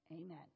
Amen